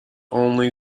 only